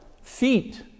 feet